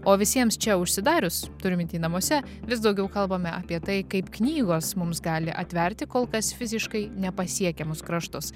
o visiems čia užsidarius turiu minty namuose vis daugiau kalbame apie tai kaip knygos mums gali atverti kol kas fiziškai nepasiekiamus kraštus